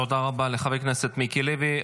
תודה רבה לחבר הכנסת מיקי לוי.